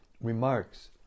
Remarks